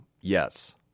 yes